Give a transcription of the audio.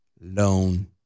loan